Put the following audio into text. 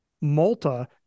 Malta